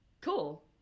Cool